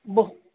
ब